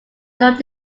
learned